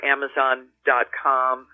Amazon.com